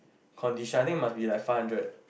condition I think must be like five hundred